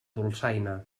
dolçaina